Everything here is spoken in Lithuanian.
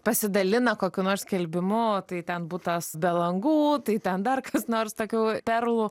pasidalina kokiu nors skelbimu tai ten butas be langų tai ten dar kas nors tokių perlų